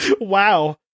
Wow